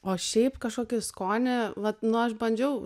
o šiaip kažkokį skonį vat nu aš bandžiau